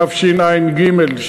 התשע"ג 2013,